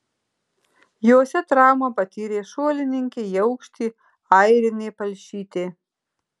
jose traumą patyrė šuolininkė į aukštį airinė palšytė